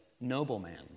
nobleman